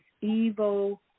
evil